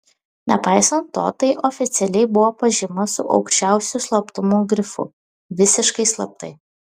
nepaisant to tai oficialiai buvo pažyma su aukščiausiu slaptumo grifu visiškai slaptai